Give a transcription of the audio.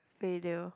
failure